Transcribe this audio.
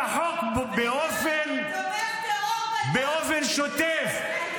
הוא עובר על החוק באופן שוטף ----- תומך טרור בדם.